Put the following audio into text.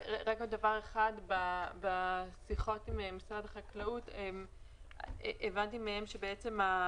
רק עוד דבר אחד: בשיחות עם משרד החקלאות הבנתי מהם שתקופת